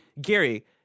Gary